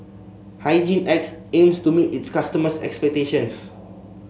Hygin X aims to meet its customers' expectations